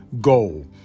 goal